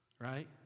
right